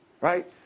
right